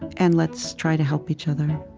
and let's try to help each other.